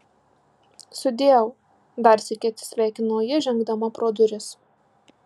sudieu dar sykį atsisveikino ji žengdama pro duris